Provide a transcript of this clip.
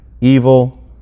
evil